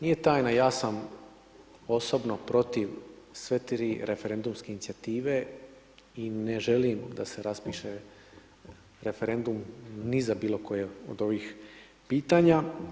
Nije tajna, ja sam osobno protiv sve tri referendumske inicijative i ne želim da se raspiše referendum ni za bilo koje od ovih pitanja.